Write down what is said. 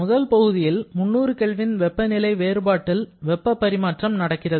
முதல் பகுதியில் 300 K வெப்பநிலை வேறுபாட்டில் வெப்பப் பரிமாற்றம் நடக்கிறது